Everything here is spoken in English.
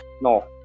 No